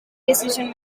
decision